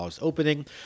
opening